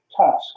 task